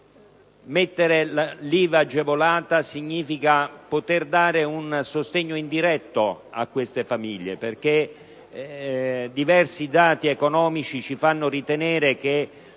caso l'IVA agevolata significa poter dare un sostegno indiretto a tali famiglie, in quanto diversi dati economici ci fanno ritenere che